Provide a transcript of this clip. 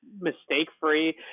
mistake-free